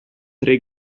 tre